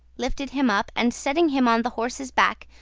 lifted him up, and setting him on the horse's back,